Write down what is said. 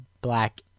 black